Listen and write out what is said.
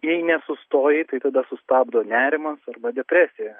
jei nesustoji tai tada sustabdo nerimas arba depresija